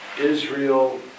Israel